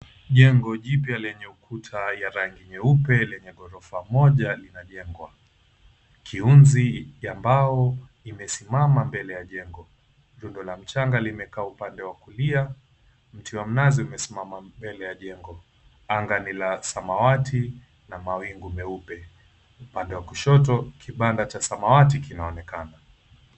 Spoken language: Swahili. Jengo jipya lenye ukuta ya rangi nyeupe lenye ghorofa moja inajengwa. Kiunzi ya mbao imesimama mbele ya jengo. Runda la mchanga limekaa upande wa kulia, mti wa mnazi umesimama mbele ya jengo. Anga ni la samawati na mawingu meupe. Upande wa kushoto kibanda cha samawati kinaonekana.